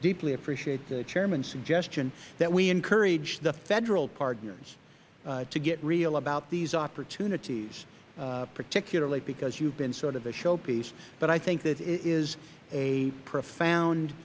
deeply appreciate the chairman's suggestion that we encourage the federal partners to get real about these opportunities particularly because you have been sort of a show piece but i think that it is a profound